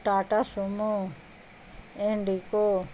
Tata Sumo Indigo